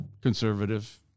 conservative